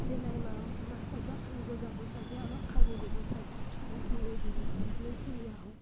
যে নাই মা মা ক'তবা ফুৰিব যাব চাগৈ আমাক খাব দিব চাগৈ কিবা কিনি দিব আমি ফুৰি আহোঁ